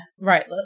right